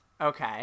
Okay